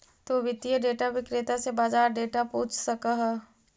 तु वित्तीय डेटा विक्रेता से बाजार डेटा पूछ सकऽ हऽ